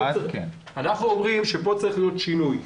אנחנו אומרים שפה צריך להיות שינוי.